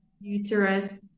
uterus